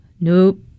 Nope